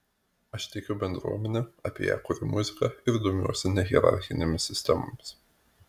aš tikiu bendruomene apie ją kuriu muziką ir domiuosi nehierarchinėmis sistemomis